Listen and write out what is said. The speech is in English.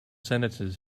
sentences